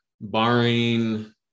barring